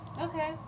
Okay